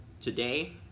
today